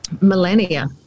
millennia